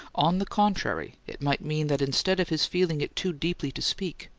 on the contrary, it might mean that instead of his feeling it too deeply to speak,